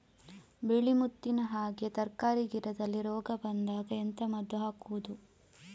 ಬಿಳಿ ಮುತ್ತಿನ ಹಾಗೆ ತರ್ಕಾರಿ ಗಿಡದಲ್ಲಿ ರೋಗ ಬಂದಾಗ ಎಂತ ಮದ್ದು ಹಾಕುವುದು?